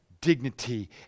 dignity